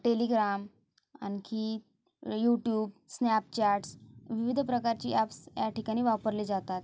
Telegram आणखी YouTube Snapchats विविध प्रकारची ॲप्स या ठिकाणी वापरले जातात